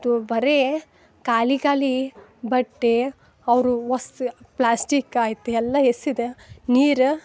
ತು ಬರೀ ಖಾಲಿ ಖಾಲಿ ಬಟ್ಟೆ ಅವರು ವಸ್ತು ಪ್ಲಾಸ್ಟಿಕ್ ಆಯಿತು ಎಲ್ಲ ಎಸ್ಸಿದ್ ನೀರ್